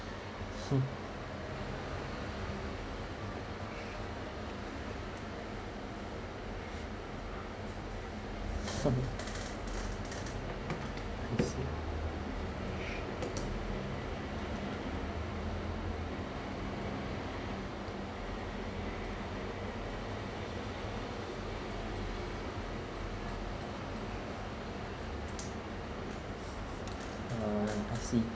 uh I see